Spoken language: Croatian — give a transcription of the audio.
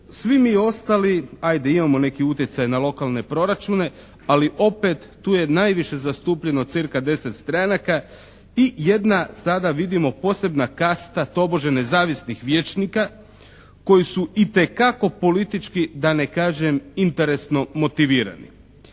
Svi mi ostali, ajde, imamo neki utjecaj na lokalne proračune ali opet tu je najviše zastupljeno cca 10 stranaka i jedna sada vidimo posebna kasta tobože nezavisnih vijećnika koji su itekako politički, da ne kažem interesno, motivirani.